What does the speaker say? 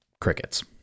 crickets